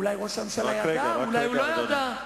אולי ראש הממשלה ידע, אולי הוא לא ידע,